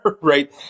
right